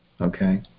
Okay